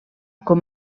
com